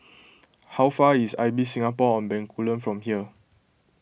how far is Ibis Singapore on Bencoolen from here